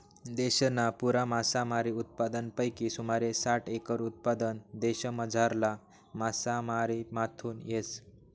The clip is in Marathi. देशना पुरा मासामारी उत्पादनपैकी सुमारे साठ एकर उत्पादन देशमझारला मासामारीमाथून येस